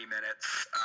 minutes